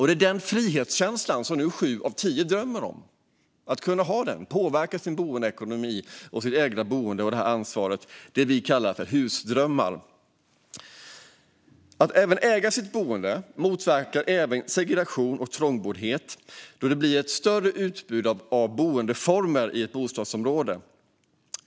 Det är frihetskänslan i att kunna påverka sin boendeekonomi och ta ansvar för sitt ägda boende som nu sju av tio drömmer om. Det är det vi kallar för husdrömmar. Att människor äger sitt boende motverkar även segregation och trångboddhet, då det blir ett större utbud av boendeformer i ett bostadsområde.